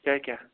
کیاہ کیاہ